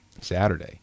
Saturday